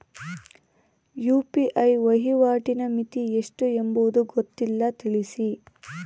UPI ವಹಿವಾಟಿನ ಮಿತಿ ಎಷ್ಟು ಎಂಬುದು ಗೊತ್ತಿಲ್ಲ? ತಿಳಿಸಿ?